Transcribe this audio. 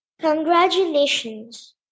Congratulations